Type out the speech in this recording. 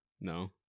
No